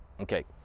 Okay